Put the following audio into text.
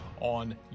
on